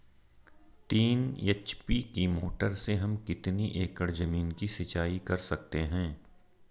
तीन एच.पी की मोटर से हम कितनी एकड़ ज़मीन की सिंचाई कर सकते हैं?